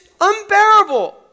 unbearable